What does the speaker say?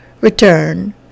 return